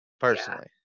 personally